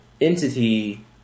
entity